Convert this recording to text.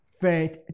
faith